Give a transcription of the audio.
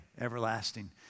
everlasting